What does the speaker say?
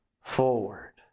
forward